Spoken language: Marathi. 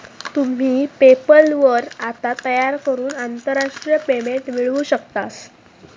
तुम्ही पेपल वर खाता तयार करून आंतरराष्ट्रीय पेमेंट मिळवू शकतास